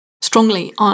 strongly